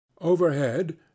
Overhead